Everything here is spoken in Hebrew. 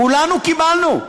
כולנו קיבלנו.